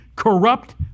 corrupt